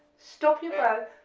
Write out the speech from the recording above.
stop your um